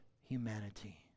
humanity